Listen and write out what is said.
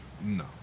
No